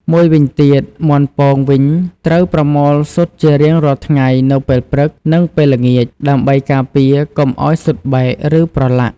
មួយវិញទៀត មាន់ពងវិញ ត្រូវប្រមូលស៊ុតជារៀងរាល់ថ្ងៃនៅពេលព្រឹក និងពេលល្ងាច ដើម្បីការពារកុំឲ្យស៊ុតបែក ឬប្រឡាក់។